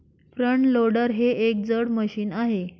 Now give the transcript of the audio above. front loader हे एक जड मशीन आहे